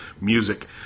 Music